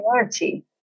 energy